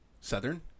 Southern